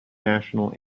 national